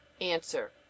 Answer